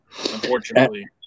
unfortunately